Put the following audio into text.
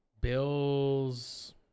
Bill's